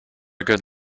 good